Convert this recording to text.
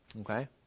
Okay